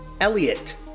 Elliot